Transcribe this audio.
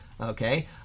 okay